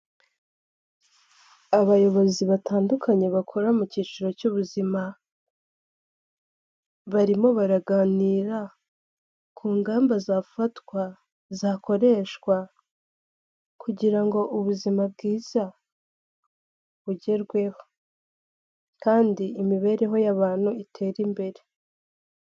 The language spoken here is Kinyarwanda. Abayobozi batandukanye bakora mu cyiciro cy'ubuzima, barimo baraganira ku ngamba zafatwa, zakoreshwa, kugira ngo ubuzima bwiza bugerweho. Kandi imibereho y'abantu itere imbere.